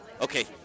Okay